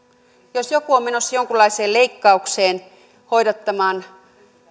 jos joku on menossa jonkunlaiseen leikkaukseen hoidattamaan